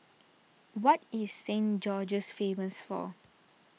what is Saint George's famous for